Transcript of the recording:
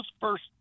first